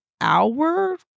hour